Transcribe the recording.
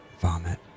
vomit